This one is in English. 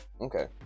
Okay